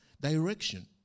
direction